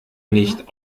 nicht